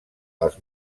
els